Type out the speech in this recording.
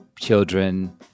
children